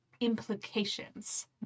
implications